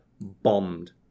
bombed